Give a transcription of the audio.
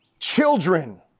Children